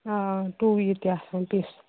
آ ٹُویٖڈ تہِ اَصٕل پیٖس